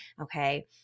okay